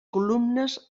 columnes